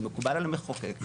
זה מקובל על המחוקק,